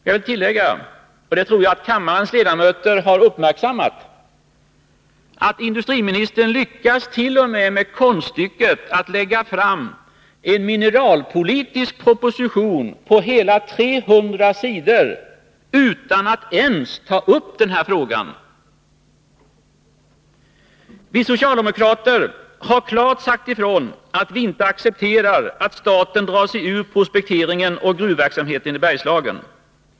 Jag vill tillägga, och jag tror att kammarens ledamöter redan har uppmärksammat, att industriministern t.o.m. lyckas med konststycket att lägga fram en mineralpolitisk proposition — på hela 300 sidor — utan att ens ta upp den här frågan. Vi socialdemokrater har klart sagt ifrån att vi inte accepterar att staten drar sig ur prospekteringen och gruvverksamheten i Bergslagen.